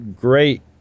great